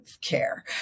care